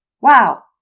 Wow